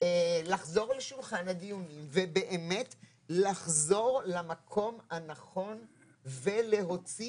לחזור לשולחן הדיונים ובאמת לחזור למקום הנכון ולהוציא